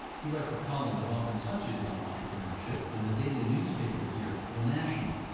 he writes a column that often touches on entrepreneurship in the daily newspaper here, the national.